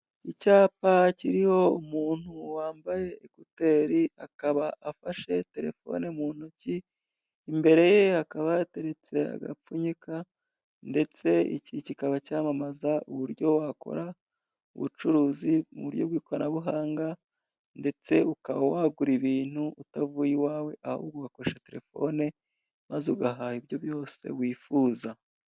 Icyapa kiriho umuntu wambaye ekuteri, akaba afashe telefone mu ntoki, imbere ye hakaba hateretse agapfunyika, ndetse iki kikaba cyamamaza uburyo wakora ubucuruzi mu buryo bw'ikoranabuhanga ndetse ukaba wagura ibintu utavuye iwawe ahubwo ugakoresha telefone maze ugahaha ibyo byose wifuza.